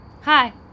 Hi